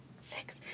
six